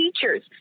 teachers